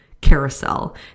carousel